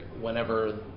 Whenever